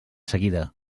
seguida